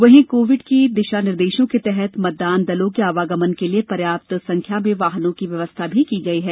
वहीं कोविड के दिशा निर्देशों के तहत मतदान दलों के आवागमन के लिए पर्याप्त संख्या में वाहनों की व्यवस्था भी की गई है